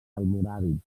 almoràvits